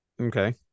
Okay